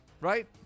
Right